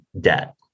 debt